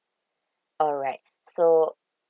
alright so